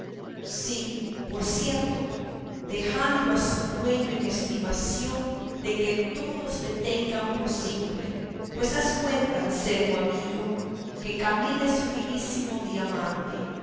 sí por cierto dejando a su dueño en estimación de que todos le tengan por simple pues haz cuenta anselmo amigo que camila es fínisimo diamante